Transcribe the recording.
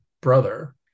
brother